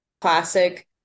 Classic